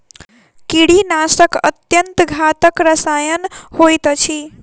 कीड़ीनाशक अत्यन्त घातक रसायन होइत अछि